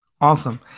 Awesome